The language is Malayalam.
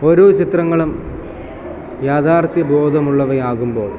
ഓരോ ചിത്രങ്ങളും യാഥാർഥ്യ ബോധമുള്ളവയാകുമ്പോൾ